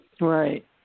right